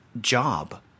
job